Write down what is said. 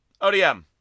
ODM